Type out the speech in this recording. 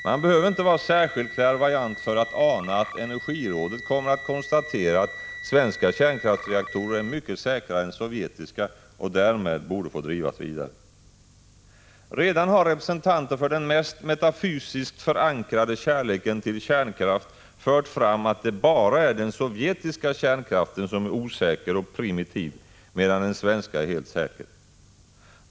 Man behöver inte vara särskilt klärvoajant för att ana att energirådet kommer att konstatera att svenska kärnkraftsreaktorer är mycket säkrare än sovjetiska och därmed borde få drivas vidare. Redan har representanter för den mest metafysiskt förankrade kärleken till kärnkraften fört fram att det bara är den sovjetiska kärnkraften som är osäker och primitiv, medan den svenska är helt säker.